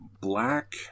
black